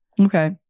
Okay